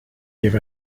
give